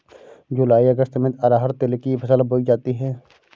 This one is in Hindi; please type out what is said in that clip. जूलाई अगस्त में अरहर तिल की फसल बोई जाती हैं